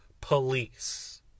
police